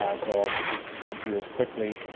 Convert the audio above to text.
i so will just run through this quickly.